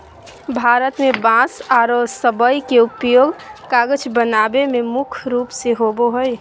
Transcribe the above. भारत में बांस आरो सबई के उपयोग कागज बनावे में मुख्य रूप से होबो हई